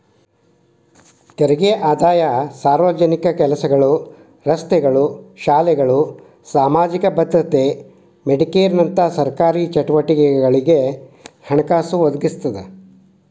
ತೆರಿಗೆ ಆದಾಯ ಸಾರ್ವಜನಿಕ ಕೆಲಸಗಳ ರಸ್ತೆಗಳ ಶಾಲೆಗಳ ಸಾಮಾಜಿಕ ಭದ್ರತೆ ಮೆಡಿಕೇರ್ನಂತ ಸರ್ಕಾರಿ ಚಟುವಟಿಕೆಗಳಿಗೆ ಹಣಕಾಸು ಒದಗಿಸ್ತದ